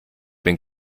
bin